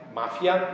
mafia